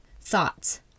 thoughts